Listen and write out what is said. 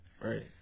Right